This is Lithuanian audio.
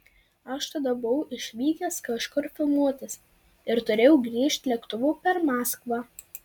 aš tada buvau išvykęs kažkur filmuotis ir turėjau grįžt lėktuvu per maskvą